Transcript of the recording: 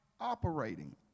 operating